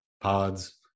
pods